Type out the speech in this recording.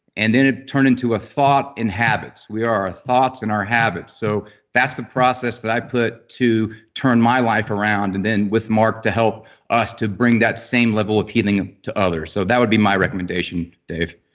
and then it turned into a thought, and habits. we are our thoughts and our habits. so that's the process that i put to turn my life around, and then with mark to help us to bring that same level of healing to others. so that would be my recommendation dave